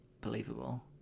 believable